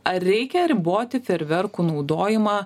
ar reikia riboti fejerverkų naudojimą